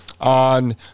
on